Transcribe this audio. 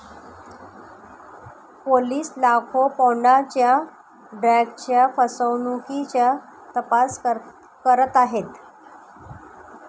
police लाखो पौंडांच्या ड्रग्जच्या फसवणुकीचा तपास करत आहेत